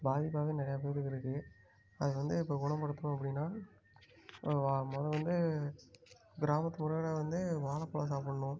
பாதிப்பாக நிறையா பேர்த்துக்கு இருக்குது அதை வந்து இப்போ குணப்படுத்தணும் அப்படினா மொதல் வந்து கிராமத்து முறையில் வந்து வாழப்பழம் சாப்பிட்ணும்